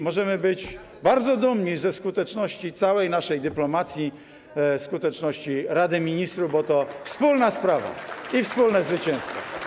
Możemy być bardzo dumni ze skuteczności całej naszej dyplomacji, skuteczności Rady Ministrów, bo to wspólna sprawa i wspólne zwycięstwo.